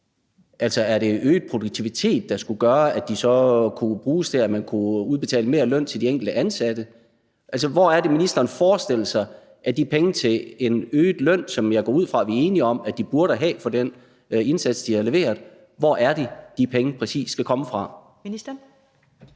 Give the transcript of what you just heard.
Altså, er det øget produktivitet, der skulle gøre, at de så kunne bruges der, nemlig at man kunne udbetale mere i løn til de enkelte ansatte? Hvor er det, ministeren forestiller sig, at de penge til en øget løn, som jeg går ud fra vi er enige om de burde have for den indsats, de har leveret, præcis skal komme fra? Kl.